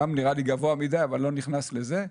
גם נראה לי גבוה מידי אבל לא נכנס לזה.